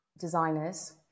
designers